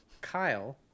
kyle